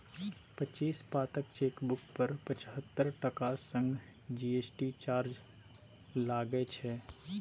पच्चीस पातक चेकबुक पर पचहत्तर टका संग जी.एस.टी चार्ज लागय छै